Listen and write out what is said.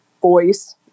voice